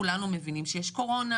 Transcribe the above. כולנו מבינים שיש קורונה,